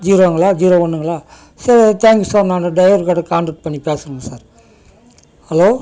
ஜீரோங்களா zero ஒன்றுங்களா சரி thanks sir நான் டிரைவர்கிட்ட கான்டக்ட் பண்ணி பேசுறேங்க சார் ஹலோ